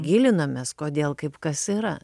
gilinomės kodėl kaip kas yra